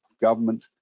government